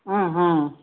ம் ம்